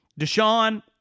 Deshaun